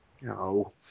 No